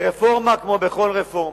ברפורמה, כמו בכל רפורמה,